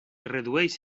redueix